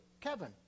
Kevin